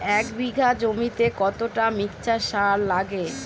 এক বিঘা জমিতে কতটা মিক্সচার সার লাগে?